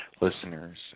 Listeners